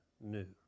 new